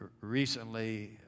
recently